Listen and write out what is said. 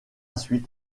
suite